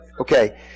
Okay